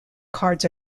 cards